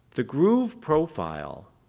the groove profile,